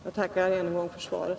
Jag tackar än en gång för svaret.